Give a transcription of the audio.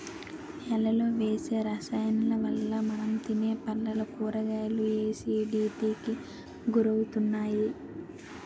నేలలో వేసే రసాయనాలవల్ల మనం తినే పళ్ళు, కూరగాయలు ఎసిడిటీకి గురవుతున్నాయి